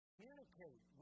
Communicate